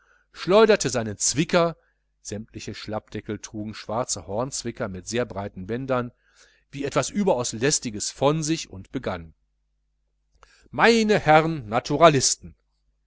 schleuderte seinen zwicker sämtliche schlappdeckel trugen schwarze hornzwicker mit sehr breiten bändern wie etwas überaus lästiges von sich und begann meine herren naturalisten